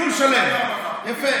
טיול שלם, יפה.